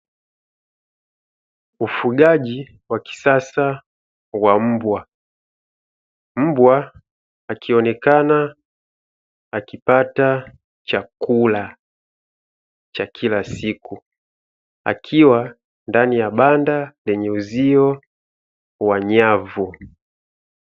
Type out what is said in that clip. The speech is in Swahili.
Ufugaji wa kisasa wa mbwa, mbwa akionekana akipata chakula cha kila siku, akiwa ndani ya banda lenye uzio wa nyavu.